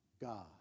God